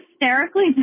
hysterically